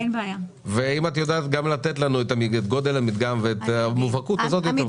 אם את יודעת להגיד לנו גם את גודל המדגם ואת המובהקות אז עוד יותר טוב.